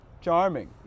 charming